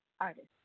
artist